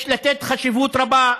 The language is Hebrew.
יש לתת חשיבות רבה,